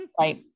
right